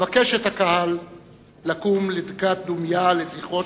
אבקש מהקהל לקום לדקת דומייה לזכרו